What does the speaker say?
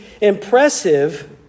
impressive